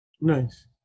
nice